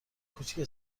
کوچیکش